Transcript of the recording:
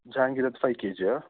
ಜಹಾಂಗೀರದ್ ಫಯ್ ಕೆ ಜಿಯ